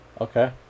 okay